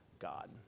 God